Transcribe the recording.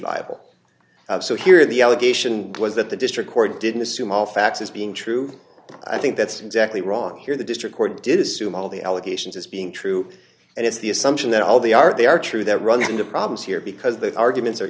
viable so here the allegation was that the district court didn't assume all facts as being true i think that's exactly wrong here the district court did assume all the allegations as being true and it's the assumption that all the are they are true they're running into problems here because the arguments are